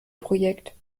projekt